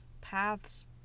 paths